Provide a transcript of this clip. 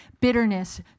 bitterness